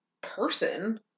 person